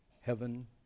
heaven